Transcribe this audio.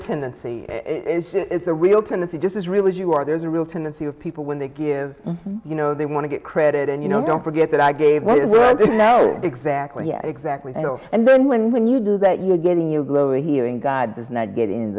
tendency is a real trinity just as real as you are there's a real tendency of people when they give you know they want to get credit and you know don't forget that i gave was worth it now exactly yeah exactly and then when when you do that you're getting you lower hearing god does not get in